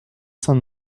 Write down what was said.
saint